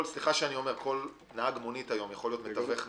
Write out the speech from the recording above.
כל נהג מונית יכול להיות מתווך נדל"ן.